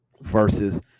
versus